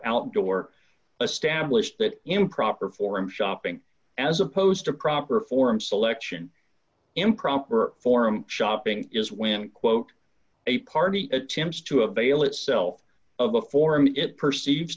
outdoor established that improper forum shopping as opposed to proper forum selection improper forum shopping is when quote a party attempts to avail itself of a forum it perceive